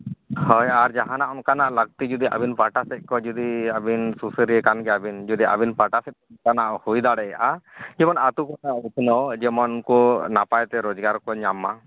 ᱦᱳᱭ ᱟᱨ ᱡᱟᱦᱟᱱᱟᱜ ᱚᱱᱠᱟᱱᱟᱜ ᱞᱟᱹᱠᱛᱤ ᱡᱩᱫᱤ ᱟᱹᱵᱤᱱ ᱯᱟᱦᱴᱟ ᱥᱮᱫ ᱠᱷᱚᱱ ᱡᱩᱫᱤ ᱟᱹᱵᱤᱱ ᱥᱩᱥᱟᱹᱨᱤᱭᱟᱹ ᱠᱟᱱ ᱜᱮᱭᱟᱵᱤᱱ ᱡᱩᱫᱤ ᱟᱹᱵᱤᱱ ᱯᱟᱦᱴᱟ ᱥᱮᱫ ᱠᱷᱚᱱ ᱚᱱᱠᱟᱱᱟᱜ ᱦᱩᱭ ᱫᱟᱲᱮᱭᱟᱜᱼᱟ ᱡᱮᱢᱚᱱ ᱟᱛᱳ ᱠᱚ ᱥᱟᱶ ᱩᱛᱱᱟᱹᱣ ᱡᱮᱢᱚᱱ ᱩᱱᱠᱩ ᱱᱟᱯᱟᱭ ᱛᱮ ᱨᱳᱡᱽᱜᱟᱨ ᱠᱚ ᱧᱟᱢ ᱢᱟ